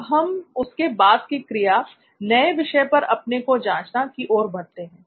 अब हम उसके "बाद" की क्रिया नए विषय पर अपने को जांचना की ओर बढ़ते हैं